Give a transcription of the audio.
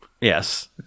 Yes